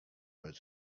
bez